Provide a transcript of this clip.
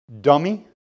Dummy